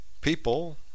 people